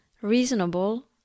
reasonable